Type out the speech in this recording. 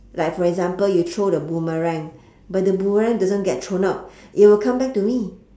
like for example you throw the boomerang but the boomerang doesn't get thrown out it will come back to me